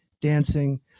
dancing